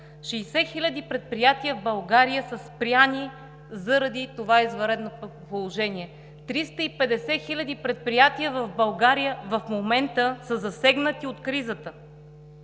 60 хиляди предприятия в България са спрени заради това извънредно положение, 350 хиляди предприятия в България в момента са засегнати от кризата,